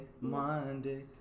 Monday